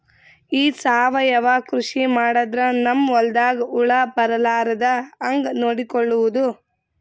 ಈ ಸಾವಯವ ಕೃಷಿ ಮಾಡದ್ರ ನಮ್ ಹೊಲ್ದಾಗ ಹುಳ ಬರಲಾರದ ಹಂಗ್ ನೋಡಿಕೊಳ್ಳುವುದ?